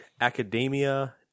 Academia